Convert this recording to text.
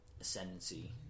ascendancy